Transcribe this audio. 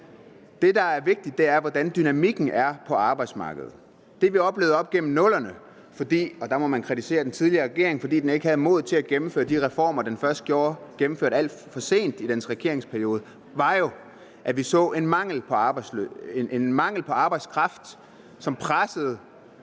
osv. Det, der er vigtigt, er, hvordan dynamikken er på arbejdsmarkedet. Det, vi oplevede op gennem 00'erne – og der må man kritisere den tidligere regering, fordi den ikke havde modet til at gennemføre de reformer, den først gennemførte alt for sent i regeringsperioden – var jo, at vi så en mangel på arbejdskraft, som pressede